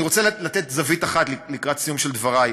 אני רוצה לתת זווית אחת לקראת סיום דברי.